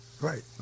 Right